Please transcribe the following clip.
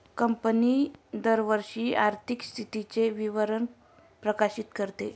company दरवर्षी आर्थिक स्थितीचे विवरण प्रकाशित करते